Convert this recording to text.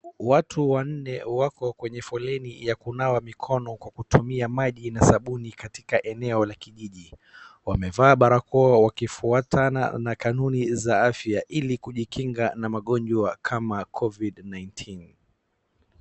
Watu wanne wako kwenye foleni ya kunawa mikono kwa kutumia maji na sabuni katika eneo la kijiji. Wamevaa barakoa akifwatana kwa kanuni za afya ili kujikinga na magonjwa kama Covid 19 .